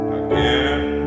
again